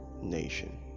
nation